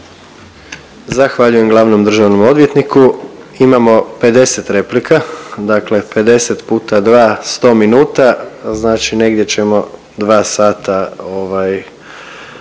Zahvaljujem glavnom državnom odvjetniku. Imamo 50 replika, dakle 50 puta 2 sto minuta. Znači negdje ćemo 2 sata